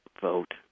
vote